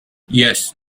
yes